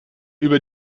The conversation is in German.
über